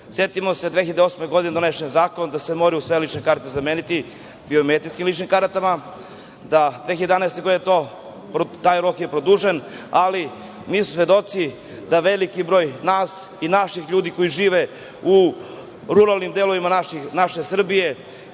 godine. Setimo se, 2008. godine je donesen zakon da se moraju sve lične karte zameniti, biometrijskim ličnim kartama, 2011. godine, taj rok je produžen, ali mi smo svedoci da veliki broj nas i naših ljudi koji žive u ruralnim delovima naše Srbije,